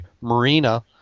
marina